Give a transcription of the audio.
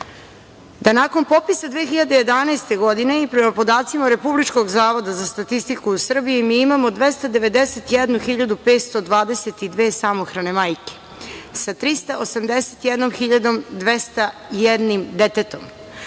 da nakon popisa 2011. godine i prema podacima Republičkog zavoda za statistiku, u Srbiji mi imamo 291.522 samohrane majke sa 381.201 detetom,